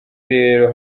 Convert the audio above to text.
rero